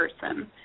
person